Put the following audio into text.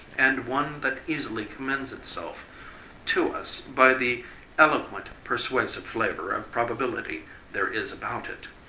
and one that easily commends itself to us by the eloquent, persuasive flavor of probability there is about it.